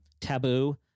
taboo